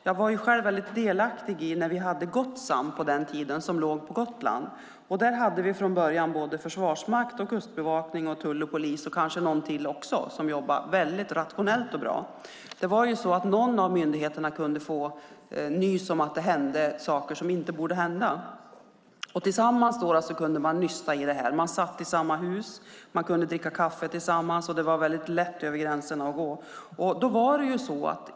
Jag var själv väldigt delaktig på den tiden vi hade Gotsam på Gotland. Där hade vi från början både Försvarsmakten, Kustbevakningen, tullen, polisen och kanske någon till som jobbade väldigt rationellt och bra. Någon av myndigheterna kunde få nys om att det hände saker som inte borde hända, och så kunde man tillsammans nysta i det. Man satt i samma hus, man kunde dricka kaffe tillsammans och det var väldigt lätt att gå över gränserna.